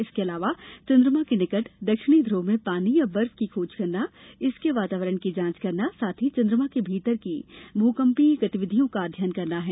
इसके अलावा चंद्रमा के निकट दक्षिणी धूब में पानी या बर्फ की खोज करना इसके वातावरण की जांच करना साथ ही चंद्रमा के भीतर की भुकंपीय गतिविधियों का अध्ययन करना है